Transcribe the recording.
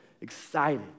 excited